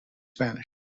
spanish